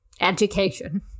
education